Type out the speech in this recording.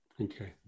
Okay